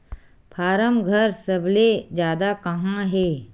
form घर सबले जादा कहां हे